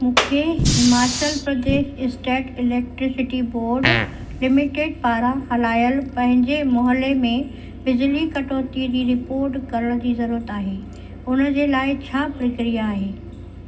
मूंखे Himachal Pradesh state electricity board limited पारां हलायल पंहिंजे मुहले में बिजली कटौतीअ जी रिपोर्ट करण जी ज़रूरत आहे उन जे लाइ छा प्रक्रिया आहे